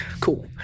cool